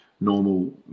normal